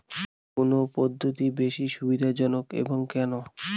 কোন পদ্ধতি বেশি সুবিধাজনক এবং কেন?